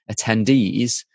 attendees